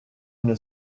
une